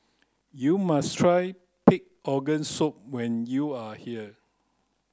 you must try pig' organ soup when you are here